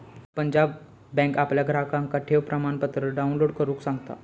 Punjab bank आपल्या ग्राहकांका ठेव प्रमाणपत्र डाउनलोड करुक सांगता